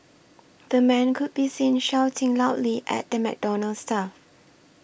the man could be seen shouting loudly at the McDonald's staff